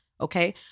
Okay